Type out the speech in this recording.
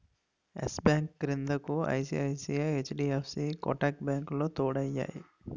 yes Bank క్రిందకు ICICI, HDFC Kotak బ్యాంకులు తోడయ్యాయి